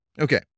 Okay